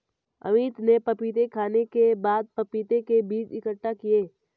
अमित ने पपीता खाने के बाद पपीता के बीज इकट्ठा किए